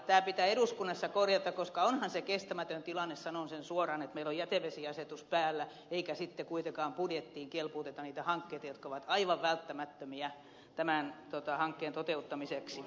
tämä pitää eduskunnassa korjata koska onhan se kestämätön tilanne sanon sen suoraan että meillä on jätevesiasetus päällä eikä sitten kuitenkaan budjettiin kelpuuteta niitä hankkeita jotka ovat aivan välttämättömiä tämän hankkeen toteuttamiseksi